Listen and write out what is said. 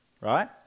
right